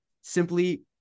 simply